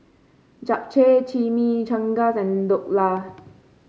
Japchae Chimichangas and Dhokla